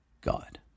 God